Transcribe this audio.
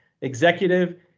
executive